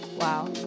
Wow